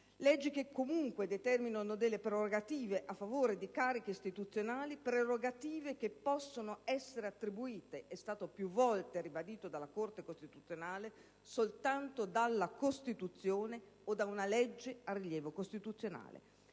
leggi che comunque determinano delle prerogative a favore di cariche istituzionali che possono essere attribuite - è stato più volte ribadito dalla Corte costituzionale - soltanto dalla Costituzione o da una legge di rilievo costituzionale.